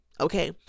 Okay